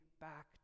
back